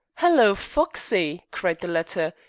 hello, foxey, cried the latter.